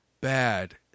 bad